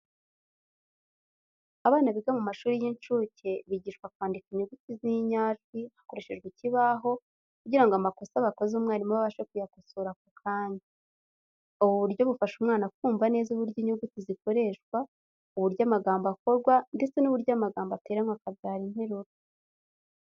Abana biga mu mashuri y'inshuke bigishwa kwandika inyuguti n'injyajwi hakoreshejwe ikibaho, kugira ngo amakosa bakoze umwarimu abafashe kuyakosora ako kanya. Ubu buryo bufasha umwana kumva neza uburyo inyuguti zikoreshwa, uburyo amagambo akorwa, ndetse n'uburyo amagambo ateranywa akabyara interuro.